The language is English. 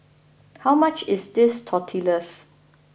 how much is this Tortillas